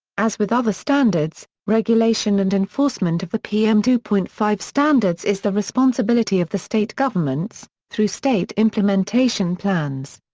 as with other standards, regulation and enforcement of the p m two point five standards is the responsibility of the state governments, through state implementation plans.